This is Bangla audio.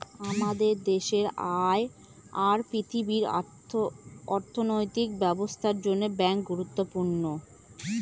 আমাদের দেশে আর পৃথিবীর অর্থনৈতিক ব্যবস্থার জন্য ব্যাঙ্ক গুরুত্বপূর্ণ